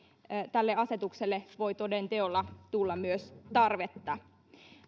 tälle asetukselle voi toden teolla tulla myös tarvetta